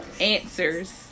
Answers